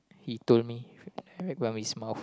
he told me I heard from his mouth